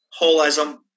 holism